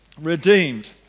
redeemed